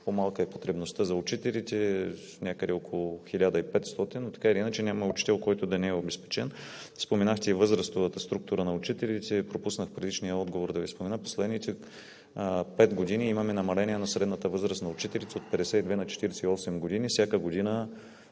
По-малка е потребността за учителите – някъде около 1500, но така или иначе няма учител, който да не е обезпечен. Споменахте и възрастовата структура на учителите. Пропуснах в предишния отговор да Ви спомена: последните пет години имаме намаление на средната възраст на учителите от 52 на 48 години. Всяка година